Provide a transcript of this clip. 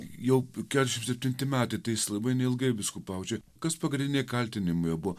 jau ketriasdešimt septinti metai tai jis labai neilgai vyskupavo čia kas pagrindiniai kaltinimai jo buvo